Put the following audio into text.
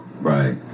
Right